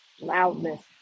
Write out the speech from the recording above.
loudness